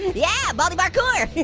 yeah baldy parkour.